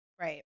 Right